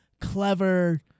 clever